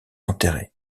enterré